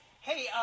Hey